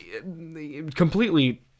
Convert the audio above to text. completely